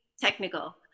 technical